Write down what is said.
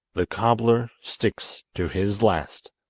the cobbler sticks to his last.